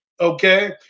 Okay